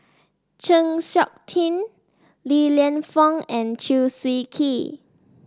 Chng Seok Tin Li Lienfung and Chew Swee Kee